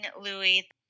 Louis